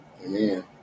Amen